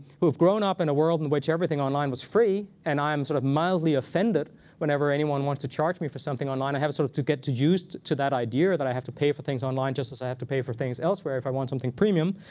who have grown up in a world in which everything online was free and i'm sort of mildly offended whenever anyone wants to charge me for something online. i have sort of to get used to that idea that i have to pay for things online, just as i have to pay for things elsewhere if i want something premium.